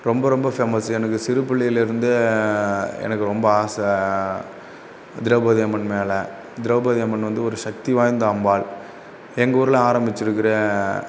ரொம்ப ரொம்ப பேமஸ் எனக்கு சிறு பிள்ளையிலேர்ந்தே எனக்கு ரொம்ப ஆசை திரௌபதி அம்மன் மேல் திரௌபதி அம்மன் வந்து ஒரு சக்தி வாய்ந்த அம்பாள் எங்கூரில் ஆரம்பித்திருக்கிற